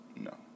no